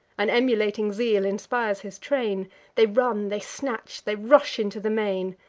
an emulating zeal inspires his train they run they snatch they rush into the main.